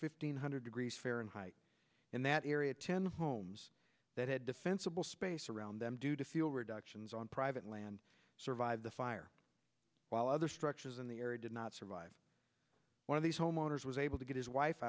fifteen hundred degrees fahrenheit in that area ten homes that had defensible space around them due to feel reductions on private land survived the fire while other structures in the area did not survive one of these homeowners was able to get his wife